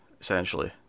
essentially